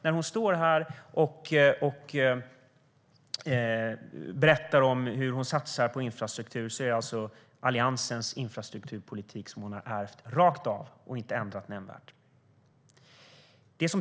När hon berättar om hur hon satsar på infrastruktur är det alltså Alliansens infrastrukturpolitik som hon har ärvt rakt av och inte ändrat nämnvärt.